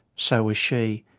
so was she,